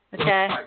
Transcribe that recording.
Okay